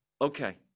Okay